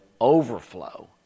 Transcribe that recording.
overflow